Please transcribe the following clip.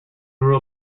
grew